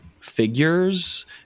figures